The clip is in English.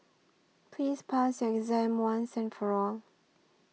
please pass your exam once and for all